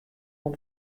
oan